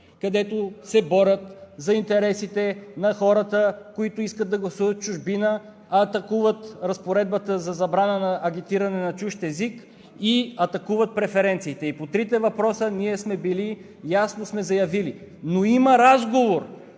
където се борят за интересите на хората, които искат да гласуват в чужбина, а атакуват разпоредбата за забрана на агитиране на чужд език и преференциите. По трите въпроса ние ясно сме заявили. Но има разговор